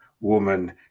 woman